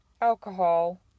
alcohol